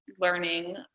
learning